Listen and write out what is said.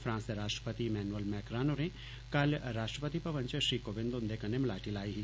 France दे राष्ट्रपति Emmanuel मैान होरें कल राष्ट्रपति भवन च श्री कोविन्द हुन्दे कन्नै मलाटी लाई ही